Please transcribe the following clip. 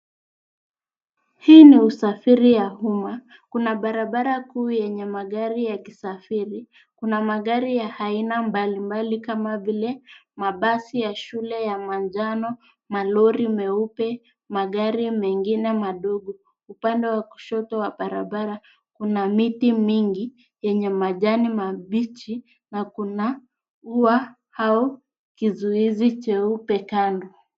Kuna barabara kuu yenye magari ya aina mbalimbali, ikiwa ni pamoja na mabasi ya shule ya rangi ya manjano, malori meupe, na magari mengine madogo. Upande wa kushoto wa barabara kuna miti mingi yenye majani mabichi,